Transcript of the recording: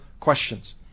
questions